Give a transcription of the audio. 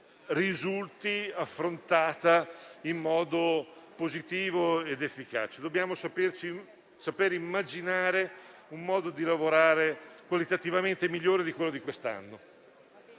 risulti affrontata in modo positivo ed efficace. Dobbiamo saper immaginare un modo di lavorare qualitativamente migliore di quello di quest'anno.